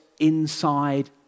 inside